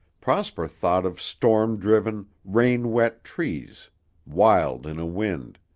prosper thought of storm-driven, rain-wet trees wild in a wind.